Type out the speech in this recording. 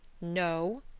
No